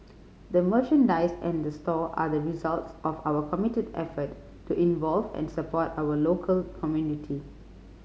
the merchandise and the store are the results of our committed effort to involve and support our local community